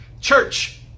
Church